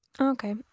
okay